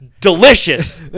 Delicious